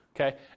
Okay